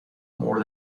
more